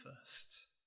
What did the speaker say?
first